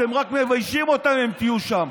אתם רק מביישים אותנו אם תהיו שם.